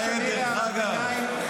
הבא שמעיר הערת ביניים,